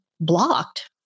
blocked